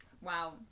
Wow